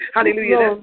Hallelujah